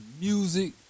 music